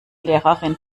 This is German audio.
lehrerin